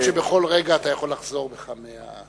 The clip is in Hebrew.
מה עוד שבכל רגע אתה יכול לחזור בך מההצעה.